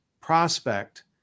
prospect